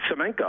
Semenko